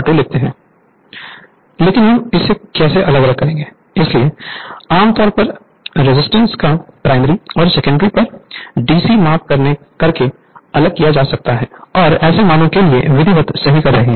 Refer Slide Time 1542 इसलिए आम तौर पर रेजिस्टेंस को प्राइमरी और सेकेंडरी पर डीसी माप करके अलग किया जा सकता है और एसी मानों के लिए विधिवत सही कर रहे हैं